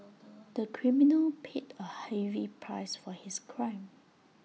the criminal paid A heavy price for his crime